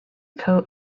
coat